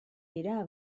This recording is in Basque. dira